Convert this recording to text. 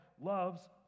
loves